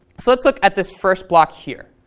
so let's look at this first block here.